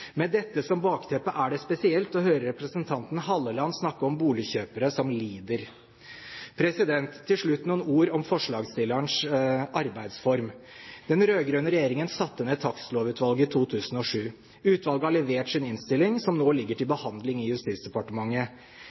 Med dette som bakteppe er det spesielt å høre representanten Halleland snakke om boligkjøpere som lider. Til slutt noen ord om forslagsstillernes arbeidsform. Den rød-grønne regjeringen satte ned Takstlovutvalget i 2007. Utvalget har levert sin innstilling, som nå ligger til behandling i Justisdepartementet.